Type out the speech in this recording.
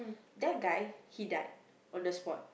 that guy he died on the spot